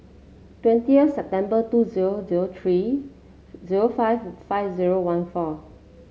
twentieth September two zero zero three zero five five zero one four